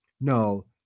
no